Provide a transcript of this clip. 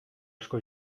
asko